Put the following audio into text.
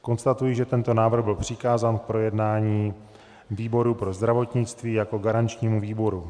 Konstatuji, že tento návrh byl přikázán k projednání výboru pro zdravotnictví jako garančnímu výboru.